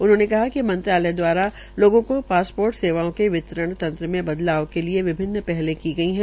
उन्होंने कहा कि मंत्रालय द्वारा लोगों को पासपोर्ट सेवाओं के वितरण तंत्र में बदलाव के लिये विभिन्न पहले की गई है